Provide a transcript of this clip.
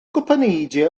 gwpaneidiau